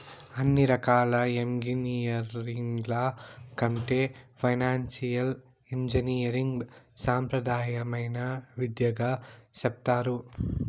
అన్ని రకాల ఎంగినీరింగ్ల కంటే ఫైనాన్సియల్ ఇంజనీరింగ్ సాంప్రదాయమైన విద్యగా సెప్తారు